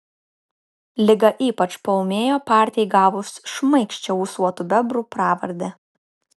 liga ypač paūmėjo partijai gavus šmaikščią ūsuotų bebrų pravardę